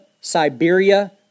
Siberia